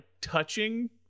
touching